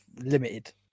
Limited